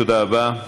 תודה רבה.